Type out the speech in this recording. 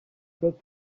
good